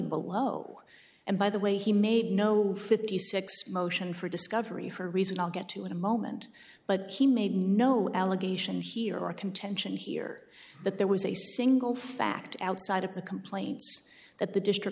below and by the way he made no fifty six motion for discovery for reasons i'll get to in a moment but he made no allegation here our contention here that there was a single fact outside of the complaints that the district